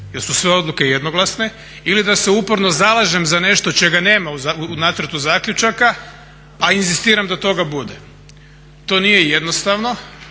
jer su sve odluke jednoglasne, ili da se uporno zalažem za nešto čega nema u nacrtu zaključaka a inzistiram da toga bude. To nije jednostavno